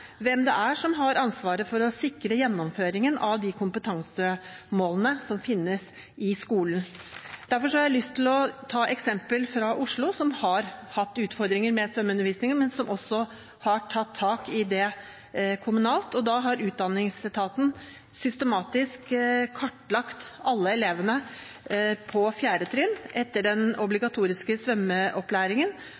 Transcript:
hvem det er som har ansvaret for å sikre gjennomføringen av kompetansemålene som finnes i skolen. Derfor har jeg lyst til å ta eksempel fra Oslo, som har hatt utfordringer med svømmeundervisningen, men som også har tatt tak i det kommunalt. Da har utdanningsetaten systematisk kartlagt alle elevene på 4. trinn etter den